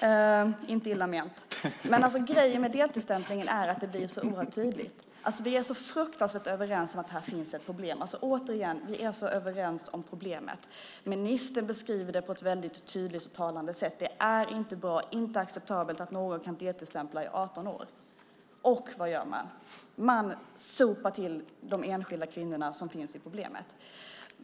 Detta var inte illa menat. Men grejen med deltidsstämplingen är att det blir så oerhört tydligt. Vi är så väldigt överens om att det finns ett problem här. Återigen är vi så överens om problemet. Ministern beskriver det på ett väldigt tydligt och talande sätt. Det är inte bra, och det är inte acceptabelt att någon kan deltidsstämpla under 18 år. Och, vad gör man? Man sopar till de enskilda kvinnorna som problemet gäller.